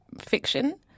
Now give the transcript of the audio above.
fiction